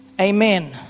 Amen